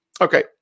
Okay